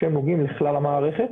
שנוגעים לכלל המערכת,